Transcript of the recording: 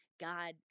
God